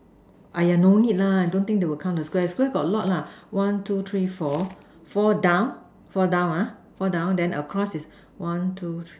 !aiya! no need lah I don't think they will count the Square Square got a lot lah one two three four four down four down what four down then across is one two three